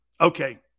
Okay